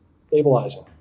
stabilizing